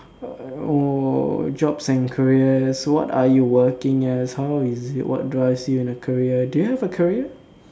oh jobs and careers what are you working as how is this what drives you in a career do you have a career